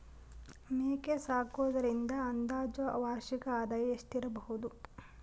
ಮೇಕೆ ಸಾಕುವುದರಿಂದ ಅಂದಾಜು ವಾರ್ಷಿಕ ಆದಾಯ ಎಷ್ಟಿರಬಹುದು?